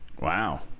Wow